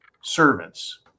servants